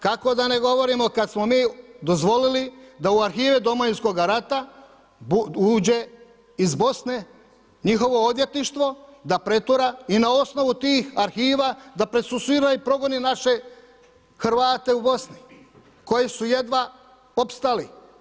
Kako da ne govorimo kad smo mi dozvolili da u arhive Domovinskoga rata uđe iz Bosne njihovo odvjetništvo, da pretura i na osnovu tih arhiva da procesuira i progoni naše Hrvate u Bosni koji su jedva opstali.